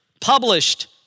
published